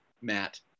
Matt